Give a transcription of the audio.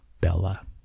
Bella